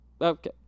okay